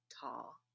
tall